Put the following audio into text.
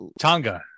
Tonga